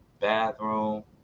bathroom